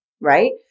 right